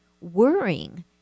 worrying